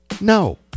No